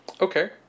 Okay